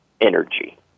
energy